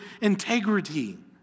integrity